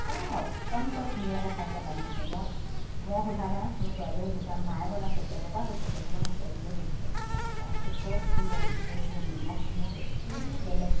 একদম অত্যন্ত ধুনীয়াকৈ খাইছে মানুহখিনিয়ে মই মোক সোধা নাই মোৰ ছোৱালীয়ে সুধিছে মায়ে বনাইছে কেনেকুৱা হৈছে কেনেকুৱা হৈছে এনেকৈ সুধিছে তেতিয়া কৈছে চব ধুনীয়া হৈছে চব ধুনীয়া নিমখ চিমখ একো বেলেগ